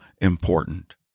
important